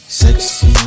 sexy